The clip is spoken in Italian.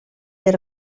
del